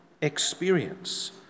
experience